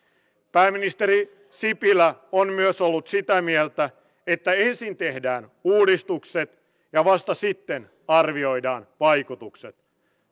pääministeri sipilä on myös ollut sitä mieltä että ensin tehdään uudistukset ja vasta sitten arvioidaan vaikutukset